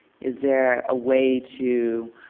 is there a way to,